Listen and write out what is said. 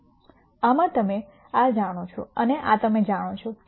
આમાં તમે આ જાણો છો આ તમે જાણો છો